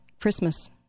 Christmas